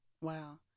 Wow